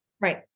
Right